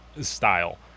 style